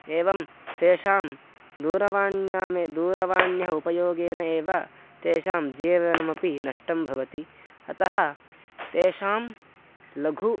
एवं तेषां दूरवाण्याः दूरवाण्याः उपयोगेन एव तेषां जीवनमपि नष्टं भवति अतः तेषां लघु